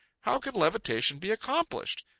how can levitation be accomplished?